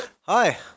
Hi